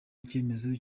icyemezo